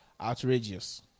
outrageous